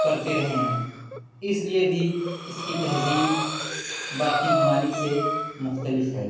کرتے رہے ہیں اس لیے بھی اس کی تہذیب باقی ممالک سے مختلف ہے